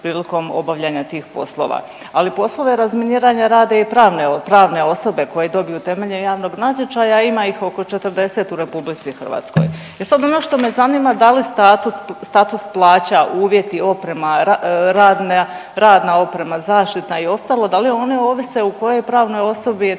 prilikom obavljanja tih poslova, ali poslove razminiranja rade i pravne osobe koje dobiju temeljem javnog natječaja, a ima ih oko 40 u RH. E sad ono što me zanima, da li status, status plaća, uvjeti, oprema, radna oprema, zaštitna i ostalo, da li one ovise u kojoj pravnoj osobi je